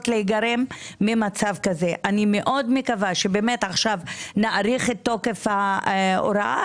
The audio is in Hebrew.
אני מאוד מקווה שנאריך עכשיו את תוקף ההוראה,